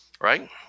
Right